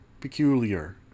Peculiar